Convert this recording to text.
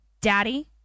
Daddy